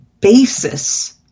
basis